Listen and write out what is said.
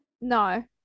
No